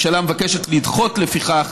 לפיכך,